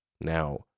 Now